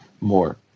more